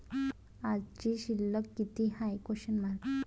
आजची शिल्लक किती हाय?